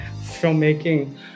filmmaking